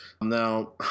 Now